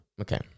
okay